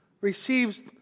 receives